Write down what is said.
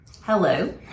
Hello